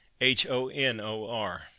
H-O-N-O-R